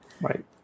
Right